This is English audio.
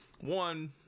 One